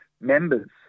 members